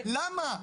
למה?